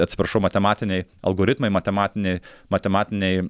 atsiprašau matematiniai algoritmai matematiniai matematiniai